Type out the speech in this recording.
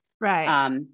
Right